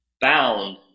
Bound